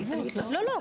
לא, לא.